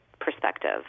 perspective